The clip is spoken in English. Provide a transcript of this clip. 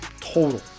total